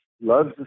loves